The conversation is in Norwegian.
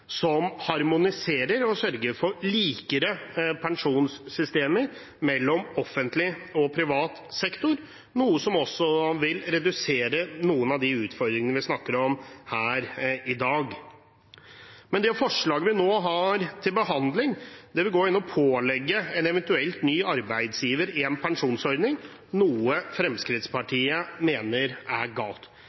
som harmoniserer og sørger for likere pensjonssystemer mellom offentlig og privat sektor, noe som også vil redusere noen av de utfordringene vi snakker om her i dag. Det forslaget vi nå har til behandling, vil gå inn og pålegge en eventuell ny arbeidsgiver en pensjonsordning, noe Fremskrittspartiet mener er galt.